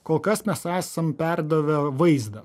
kol kas mes esam perdavę vaizdą